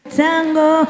tango